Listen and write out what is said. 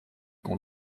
qu’on